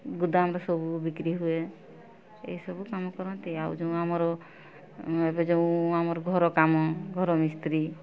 ଗୋଦାମରେ ସବୁ ବିକ୍ରୀ ହୁଏ ଏଇ ସବୁ କାମ କରନ୍ତି ଆଉ ଯେଉଁ ଆମର ଏବେ ଯେଉଁ ଆମର ଘରକାମ ଘର ମିସ୍ତ୍ରୀ